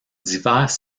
divers